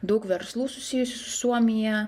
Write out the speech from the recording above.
daug verslų susijusių su suomija